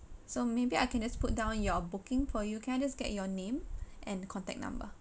so maybe I can just put down your booking for you can I just get your name and contact number